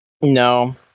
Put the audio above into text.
No